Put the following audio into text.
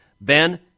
ben